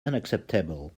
unacceptable